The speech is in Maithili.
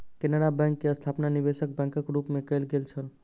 केनरा बैंक के स्थापना निवेशक बैंकक रूप मे कयल गेल छल